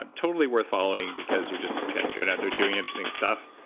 ah totally worth following because you're just kind of going out there, doing interesting stuff,